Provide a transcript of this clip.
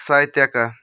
साहित्यका